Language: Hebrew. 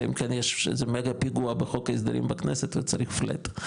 אלא אם כן יש מגה פיגוע בחוק ההסדרים בכנסת וצריך 'פלט'.